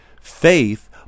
Faith